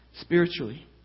spiritually